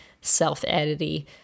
self-edity